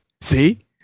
See